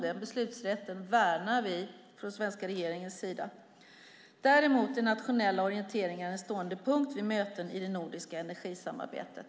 Den beslutsrätten värnar vi i den svenska regeringen. Däremot är nationella orienteringar en stående punkt vid möten i det nordiska energisamarbetet.